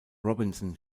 robinson